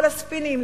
כל הספינים,